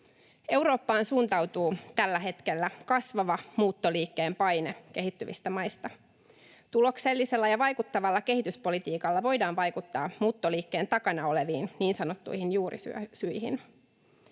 Eurooppaan suuntautuu tällä hetkellä kasvava muuttoliikkeen paine kehittyvistä maista. Tuloksellisella ja vaikuttavalla kehityspolitiikalla voidaan vaikuttaa muuttoliikkeen takana oleviin niin sanottuihin juurisyihin.